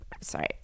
Sorry